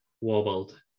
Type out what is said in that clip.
wobbled